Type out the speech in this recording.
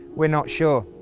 we're not sure.